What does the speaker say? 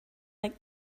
like